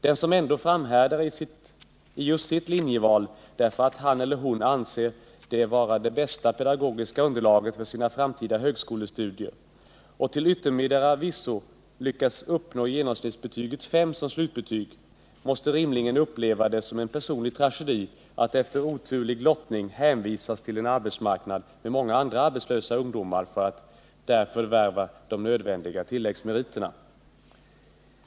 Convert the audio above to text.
Den som ändå framhärdar i just sitt linjeval därför att han eller hon anser det vara det bästa pedagogiska underlaget för sina framtida högskolestudier och till yttermera visso lyckas uppnå genomsnittsbetyget 5 som slutbetyg måste rimligen uppleva det som en personlig tragedi att, efter oturlig lottning, hänvisas till en arbetsmarknad med många andra arbetslösa ungdomar för att förvärva de nödvändiga tilläggsmeriterna.